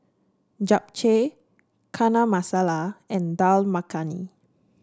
Japchae Chana Masala and Dal Makhani